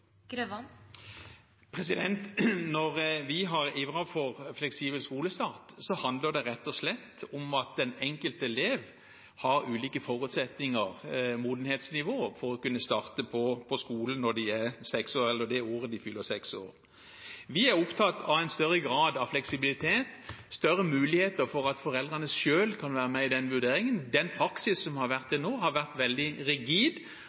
Når vi har ivret for fleksibel skolestart, handler det rett og slett om at den enkelte elev har ulike forutsetninger, modenhetsnivå, for å kunne starte på skolen det året de fyller seks år. Vi er opptatt av en større grad av fleksibilitet, større muligheter for at foreldrene selv kan være med i den vurderingen. Den praksisen som har vært til nå, har vært veldig rigid.